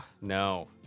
No